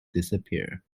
disappear